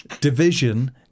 Division